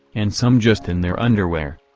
and some just in their underwear.